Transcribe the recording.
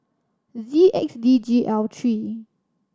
Z X D G L three